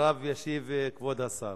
אחריו ישיב כבוד השר.